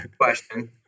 question